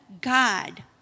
God